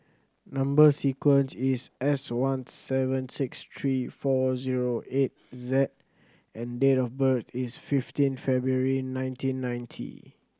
number sequence is S one seven six three four zero eight Z and date of birth is fifteen February nineteen ninety